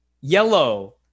yellow